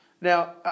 Now